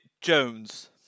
Jones